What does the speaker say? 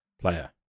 player